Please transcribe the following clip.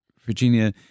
Virginia